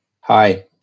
Hi